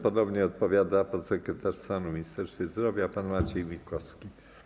Ponownie odpowiada podsekretarz stanu w Ministerstwie Zdrowia pan Maciej Miłkowski.